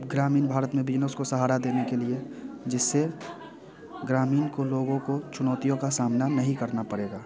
ग्रामीण भारत में बिजनेस को सहारा देने के लिए जिससे ग्रामीण को लोगों को चुनौतियों का समाना नहीं करना पड़ेगा